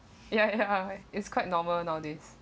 ya ya it's quite normal nowadays